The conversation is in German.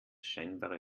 scheinbare